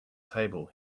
table